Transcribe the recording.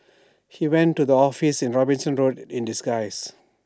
he went to the office in Robinson road in disguise